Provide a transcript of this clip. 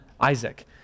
Isaac